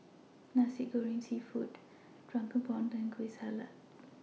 Nasi Goreng Seafood Drunken Prawns and Kueh Salat